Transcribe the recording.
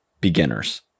beginners